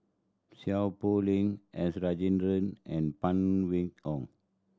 Seow Poh Leng S Rajendran and Phan Win Ong